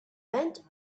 bend